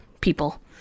people